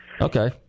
Okay